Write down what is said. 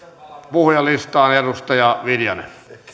puhujalistaan edustaja viljanen arvoisa